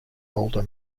older